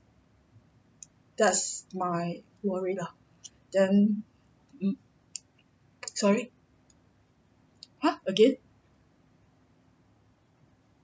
that's my worry lah then um sorry !huh! again